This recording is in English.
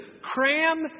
cram